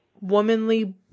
womanly